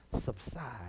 subside